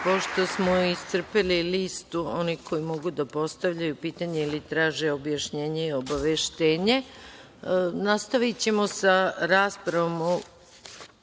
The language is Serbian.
smo iscrpeli listu onih koji mogu da postavljaju pitanja ili traže objašnjenje i obaveštenje, nastavićemo sa raspravom o